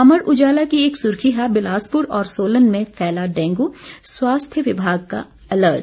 अमर उजाला की एक सुर्खी है बिलासपुर और सोलन में फैला डेंगू स्वास्थ्य विभाग का अलर्ट